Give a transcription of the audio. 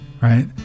right